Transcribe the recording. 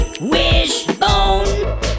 Wishbone